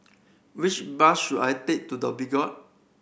which bus should I take to Dhoby Ghaut